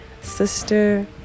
sister